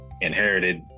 inherited